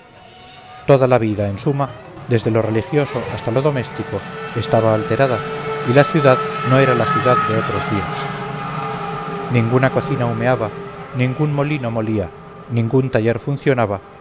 toda la vida en suma desde lo religioso hasta lo doméstico estaba alterada y la ciudad no era la ciudad de otros días ninguna cocina humeaba ningún molino molía ningún taller funcionaba